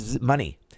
money